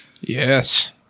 Yes